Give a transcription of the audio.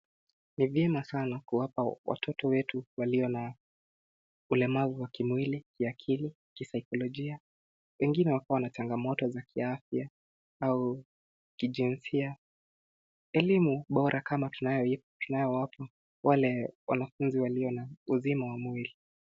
Ni vyema sana kuwapa watoto wetu walio na ulemavu wa kimwili, kiakili, kisaikolojia, wengine wakawa wana changamoto za kiafya, au kijinsia, elimu bora kama tunayowapa, wale wanafunzi walio na uzima wa mwili.